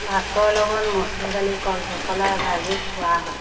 ভাতৰ লগত মচুৰ দালি কল পচলা ভাজি খোৱা হয়